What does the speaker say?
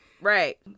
Right